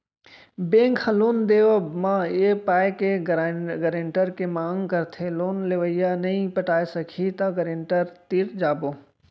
bank ह loan देवब म ए पाय के गारेंटर के मांग करथे लोन लेवइया नइ पटाय सकही त गारेंटर तीर जाबो